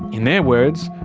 in their words,